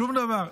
שום דבר.